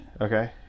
okay